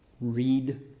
read